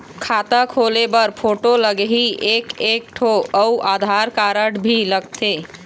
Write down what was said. खाता खोले बर फोटो लगही एक एक ठो अउ आधार कारड भी लगथे?